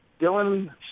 Dylan